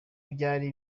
byari